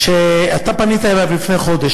שכשאתה פנית אליו לפני חודש,